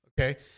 Okay